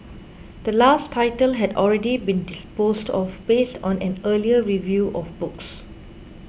the last title had already been disposed off based on an earlier review of books